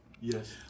Yes